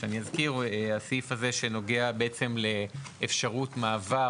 אני אזכיר: הסעיף הזה נוגע לאפשרות של מעבר